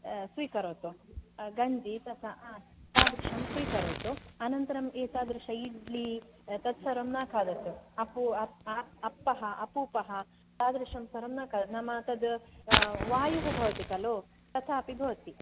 स्वीकरोतु गन्जि तथा हा तादृशं स्वीकरोतु अनन्तरम् एतादृश इड्लि तत् सर्वं न खादतु अपु अप्पः अपूपः तादृशं सर्वं न खाद नाम तद् वायुः भवति खलु तथापि भवति